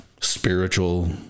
Spiritual